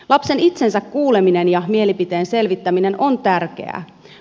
lapsen itsensä kuuleminen ja mielipiteen selvittäminen on tärkeää